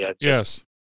Yes